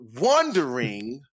wondering